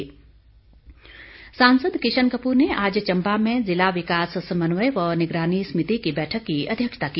किशन कपूर सांसद किशन कपूर ने आज चंबा में ज़िला विकास संमन्वय व निगरानी समिति की बैठक की अध्यक्षता की